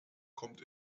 kommt